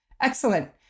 Excellent